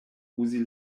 uzi